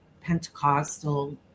Pentecostal